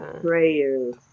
prayers